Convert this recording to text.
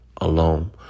alone